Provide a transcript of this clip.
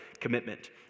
commitment